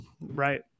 right